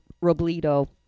Robledo